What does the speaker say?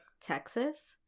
texas